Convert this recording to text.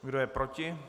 Kdo je proti?